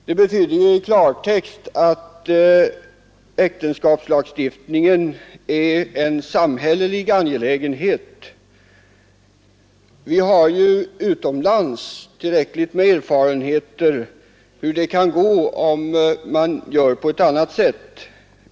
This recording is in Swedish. Det betyder i klartext att äktenskapslagstiftningen är en samhällelig angelägenhet. Det finns tillräckligt med erfarenheter från utlandet av hur det kan gå om man gör på ett annat sätt.